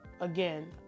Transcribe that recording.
again